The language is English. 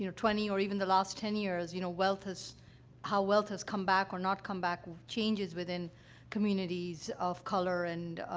you know twenty, or even the last ten years, you know, wealth has how wealth has come back or not come back changes within communities of color and,